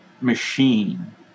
machine